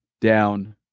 down